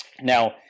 Now